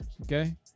Okay